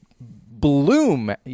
bloom